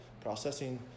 processing